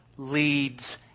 leads